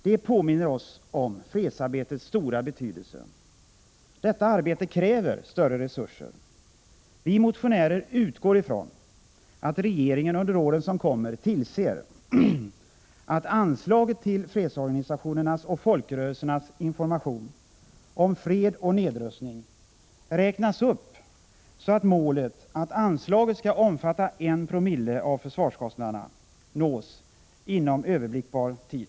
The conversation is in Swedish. Det påminner oss om fredsarbetets stora betydelse. Detta arbete kräver större resurser. Vi motionärer utgår ifrån att regeringen under åren som kommer tillser att anslaget till fredsorganisationernas och folkrörelsernas information om fred och nedrustning räknas upp så att målet — att anslaget skall omfatta en promille av försvarskostnaderna — nås inom överblickbar tid.